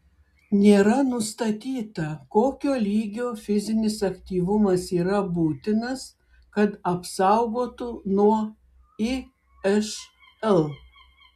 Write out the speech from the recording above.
nėra nustatyta kokio lygio fizinis aktyvumas yra būtinas kad apsaugotų nuo išl